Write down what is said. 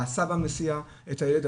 או הסבא מסיע את הילד,